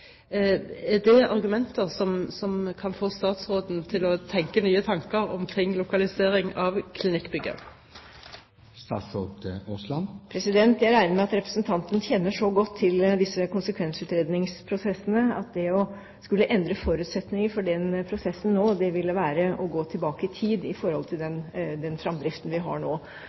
Er dette argumenter som kan få statsråden til å tenke nye tanker omkring lokalisering av klinikkbygget? Jeg regner med at representanten kjenner så godt til disse konsekvensutredningsprosessene at hun vet at det å skulle endre forutsetninger for den prosessen nå, ville være å gå tilbake i tid i forhold til den framdriften vi har.